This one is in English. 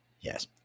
Yes